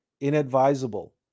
inadvisable